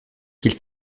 qu’il